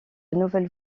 nouvelle